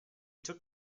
took